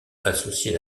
associé